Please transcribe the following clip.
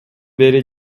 бери